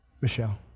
Michelle